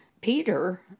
Peter